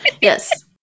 Yes